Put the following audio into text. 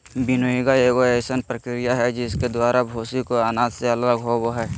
winnowing एगो अइसन प्रक्रिया हइ जिसके द्वारा भूसी को अनाज से अलग होबो हइ